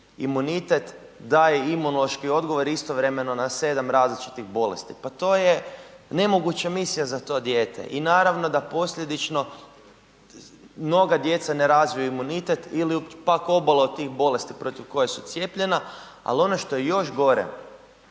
imunitet daje imunološki odgovor istovremeno na 7 različitih bolesti? Pa to je nemoguća misija za to dijete i naravno da posljedično mnoga djeca ne razviju imunitet ili pak obole od tih bolesti protiv koje su cijepljena ali ono što je još gore,